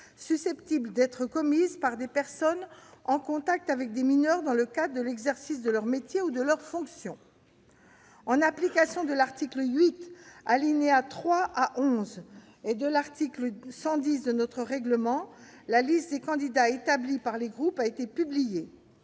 susceptibles d'être commises par des personnes en contact avec des mineurs dans le cadre de l'exercice de leur métier ou de leurs fonctions. En application de l'article 8, alinéas 3 à 11, et de l'article 110 de notre règlement, la liste des candidats établie par les groupes a été publiée.